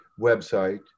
website